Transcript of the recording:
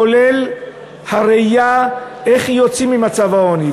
כולל הראייה איך יוצאים ממצב העוני.